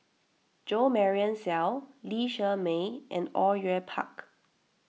Jo Marion Seow Lee Shermay and Au Yue Pak